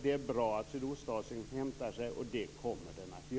Det är bra att Sydostasien hämtar sig.